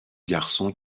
garçon